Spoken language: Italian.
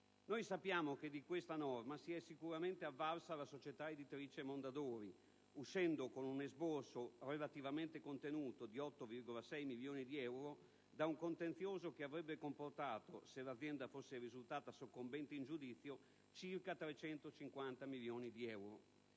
Noi sappiamo che di questa norma si è sicuramente avvalsa la società editrice Mondadori, uscendo, con un esborso relativamente contenuto, di 8,6 milioni di euro, da un contenzioso che avrebbe comportato, se l'azienda fosse risultata soccombente in giudizio, una spesa di circa 350 milioni di euro.